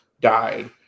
died